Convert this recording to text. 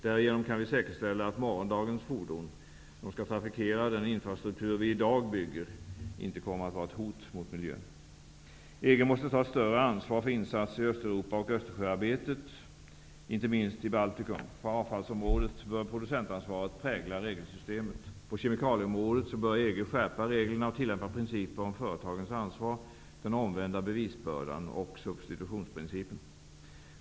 Därigenom kan vi säkerställa att morgondagens fordon som skall trafikera den infrastruktur som vi i dag bygger inte kommer att vara ett hot mot miljön. EG måste ta ett större ansvar för insatser i Östeuropa och i Östersjöarbetet, inte minst i Baltikum. På avfallsområdet bör producentansvaret prägla regelsystemet. På kemikalieområdet bör EG skärpa reglerna och tillämpa principer om företagens ansvar, den omvända bevisbördan och substitutionsprincipen.